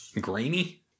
Grainy